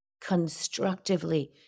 constructively